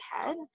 head